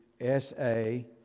S-A